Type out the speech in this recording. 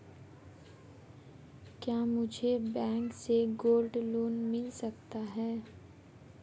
क्या मुझे बैंक से गोल्ड लोंन मिल सकता है?